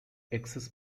excess